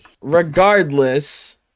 Regardless